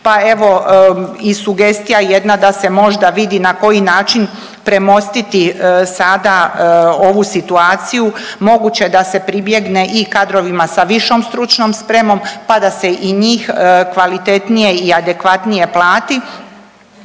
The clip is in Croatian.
pa evo i sugestija jedna da se možda vidi na koji način premostiti sada ovu situaciju. Moguće da se pribjegne i kadrovima sa višom stručnom spremom, pa da se i njih kvalitetnije i adekvatnije plati.